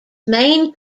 main